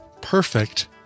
perfect